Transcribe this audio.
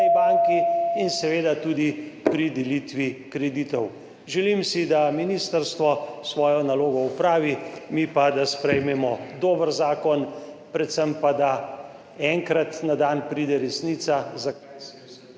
in seveda tudi pri delitvi kreditov. Želim si, da ministrstvo opravi svojo nalogo, mi pa da sprejmemo dober zakon, predvsem pa, da enkrat pride na dan resnica, zakaj se je vse